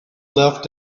left